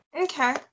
Okay